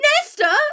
Nesta